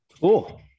Cool